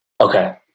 Okay